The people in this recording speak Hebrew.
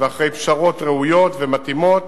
ואחרי פשרות ראויות ומתאימות